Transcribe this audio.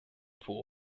pool